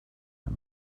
are